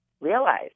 realize